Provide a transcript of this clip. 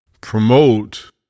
Promote